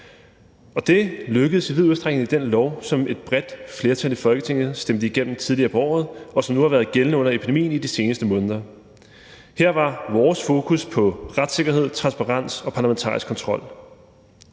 det lykkedes i vid udstrækning ved den lov, som et bredt flertal i Folketinget stemte igennem tidligere på året, og som nu har været gældende under epidemien i de seneste måneder. Her var vores fokus på retssikkerhed, transparens og parlamentarisk kontrol.